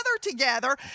together